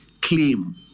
claim